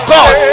God